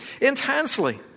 intensely